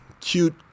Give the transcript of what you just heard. cute